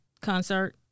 concert